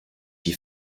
die